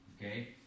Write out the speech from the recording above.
Okay